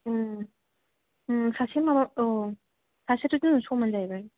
सासे माबा औ सासेथ' जोंजों समान जाहैबाय